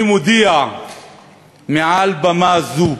אני מודיע מעל במה זו: